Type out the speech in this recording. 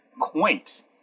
quaint